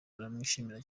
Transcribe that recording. baramwishimira